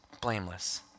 blameless